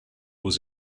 was